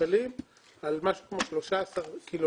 שקלים על משהו כמו 13 קילומטרים.